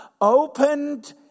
opened